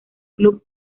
club